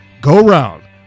go-round